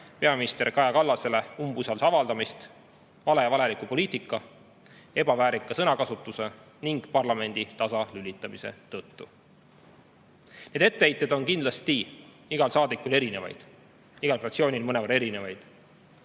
peaminister Kaja Kallasele umbusalduse avaldamist vale ja valeliku poliitika, ebaväärika sõnakasutuse ning parlamendi tasalülitamise tõttu. Kindlasti on igal saadikul ja fraktsioonil mõnevõrra erinevaid